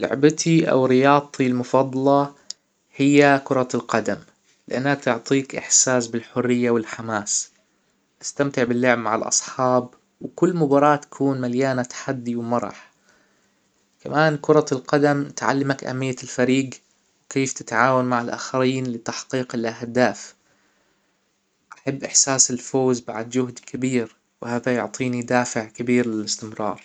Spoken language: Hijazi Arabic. لعبتى أو رياضتى المفضلة هى كرة القدم لأنها تعطيك إحساس بالحرية و الحماس أستمتع باللعب مع الأصحاب وكل مباراة تكون مليانة تحدى و مرح كمان كرة القدم تعلمك أهمية الفريج وكيف تتعاون مع الاخرين لتحقيق الأهداف أحب إحساس الفوز بعد جهد كبير وهذا يعطينى دافع كبير للإستمرار